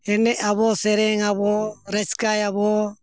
ᱮᱱᱮᱡ ᱟᱵᱚᱱ ᱥᱮᱨᱮᱧ ᱟᱵᱚᱱ ᱨᱟᱹᱥᱠᱟᱹᱭᱟᱵᱚᱱ